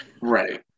Right